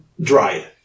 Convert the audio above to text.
Dried